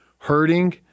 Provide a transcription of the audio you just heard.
hurting